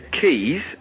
keys